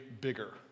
bigger